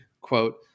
quote